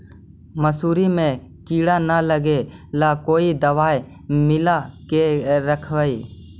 मसुरी मे किड़ा न लगे ल कोन दवाई मिला के रखबई?